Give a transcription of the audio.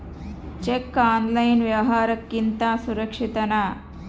Cheque online ವ್ಯವಹಾರುಕ್ಕಿಂತ ಸುರಕ್ಷಿತನಾ?